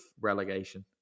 relegation